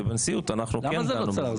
ובנשיאות אנחנו כן דנו -- למה זה לא צלח?